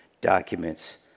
documents